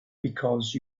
because